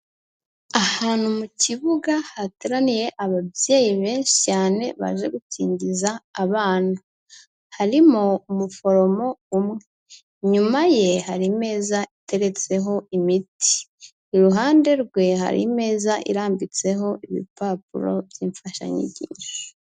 Ahantu mu kibuga hateraniye ababyeyi benshi cyane baje gukingiza abana. Harimo umuforomo umwe. Inyuma ye, hari Imeza iteretseho imiti. Iruhande rwe, hari Imeza irambitseho ibipapuro by'imfashanyigisho.